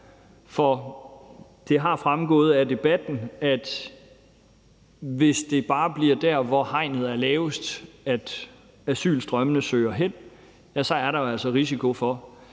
For det har fremgået af debatten, at hvis det bare bliver der, hvor hegnet er lavest, at asylstrømmene søger hen, er der altså risiko for,